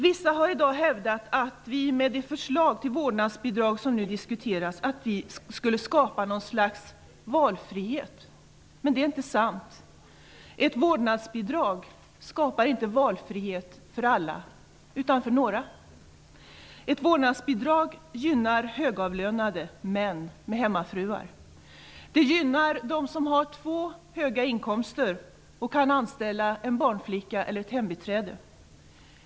Vissa har i dag hävdat att vi med det förslag till vårdnadsbidrag som nu diskuteras skulle skapa något slags valfrihet. Det är inte sant. Ett vårdnadsbidrag skapar inte valfrihet för alla utan för några. Ett vårdnadsbidrag gynnar högavlönade män med hemmafruar. Det gynnar dem som har två höga inkomster och kan anställa en barnflicka eller ett hembiträde.